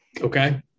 Okay